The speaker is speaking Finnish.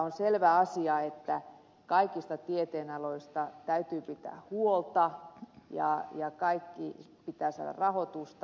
on selvä asia että kaikista tieteen aloista täytyy pitää huolta ja kaikkiin pitää saada rahoitusta